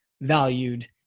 valued